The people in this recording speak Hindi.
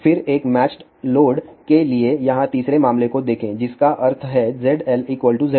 फिर एक मैचड लोड के लिए यहां तीसरे मामले को देखें जिसका अर्थ है ZL Z0